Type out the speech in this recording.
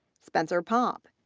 spencer papp,